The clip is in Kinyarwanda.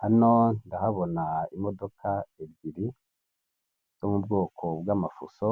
Hano ndahabona imodoka ebyiri zo mu bwoko bw'amafuso